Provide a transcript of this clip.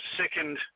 second